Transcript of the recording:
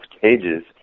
cages